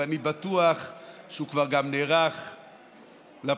ואני בטוח שהוא כבר גם נערך לבחירות,